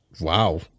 Wow